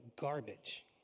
garbage